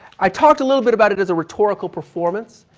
i talked a little bit about it as a rhetorical performance.